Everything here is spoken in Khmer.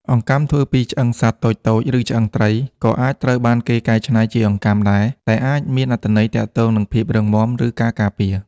អង្កាំធ្វើពី ឆ្អឹងសត្វតូចៗ ឬឆ្អឹងត្រី ក៏អាចត្រូវបានគេកែច្នៃជាអង្កាំដែរ ដែលអាចមានអត្ថន័យទាក់ទងនឹងភាពរឹងមាំ ឬការការពារ។